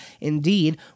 Indeed